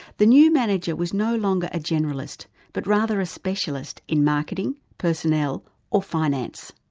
the new manager was no longer a generalist, but rather a specialist in marketing, personnel or finance.